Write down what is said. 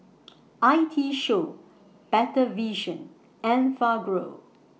I T Show Better Vision Enfagrow